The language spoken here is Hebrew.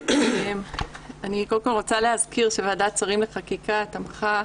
אני רוצה להזכיר שוועדת השרים לחקיקה תמכה